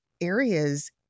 areas